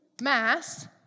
mass